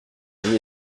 vie